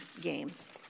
games